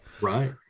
Right